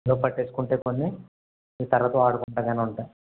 ఇందులో పట్టేసుకుంటే కొన్ని మీరు తరవాత వాడుకుంటాకైనా ఉంటాయి